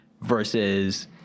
versus